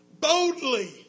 boldly